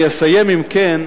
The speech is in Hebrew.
אני אסיים, אם כן,